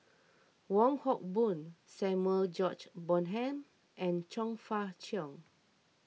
Wong Hock Boon Samuel George Bonham and Chong Fah Cheong